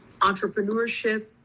Entrepreneurship